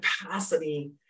capacity